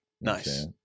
Nice